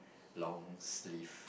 long sleeve